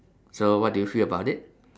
so what do you feel about it